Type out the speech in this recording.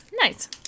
nice